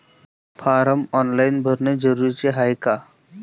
Form online भरने जरुरीचे हाय का?